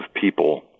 people